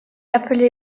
appelé